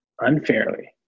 unfairly